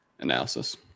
analysis